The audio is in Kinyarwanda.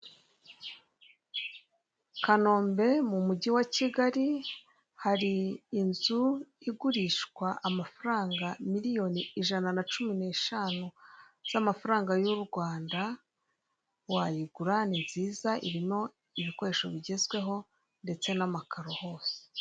I Kanombe mu mujyi wa Kigali hari inzu igurishwa amafaranga Miliyoni ijana na cumi n'eshanu z'amafaranga y'u Rwanda wayigura ni nziza irimo ibikoresho bigezweho ndetse n'amakaro gusa.